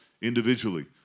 individually